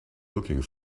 looking